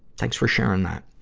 thanks for sharing that.